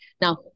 Now